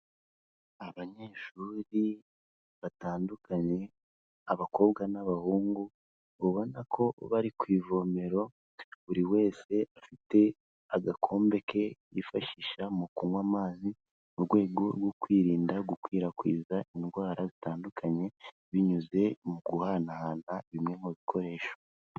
Abanyeshuri batandukanye, abakobwa n'abahungu, ubona ko bari ku ivomero, buri wese afite agakombe ke yifashisha mu kunywa amazi, mu rwego rwo kwirinda gukwirakwiza indwara zitandukanye binyuze mu guhanahana bimwe mu bikoresho.